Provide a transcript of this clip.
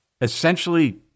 essentially